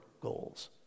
goals